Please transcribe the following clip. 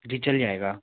जी चल जाएगा